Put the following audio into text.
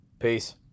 Peace